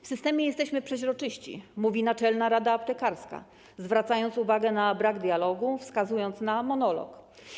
W systemie jesteśmy przezroczyści - mówi Naczelna Rada Aptekarska, zwracając uwagę na brak dialogu, wskazując na monolog.